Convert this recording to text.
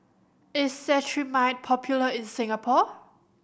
is Cetrimide popular in Singapore